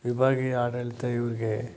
ವಿಭಾಗ ಆಡಳಿತ ಇವರಿಗೆ